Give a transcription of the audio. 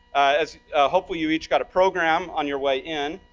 as hopefully you each got a program on your way in.